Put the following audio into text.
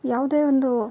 ಯಾವುದೇ ಒಂದು